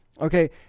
Okay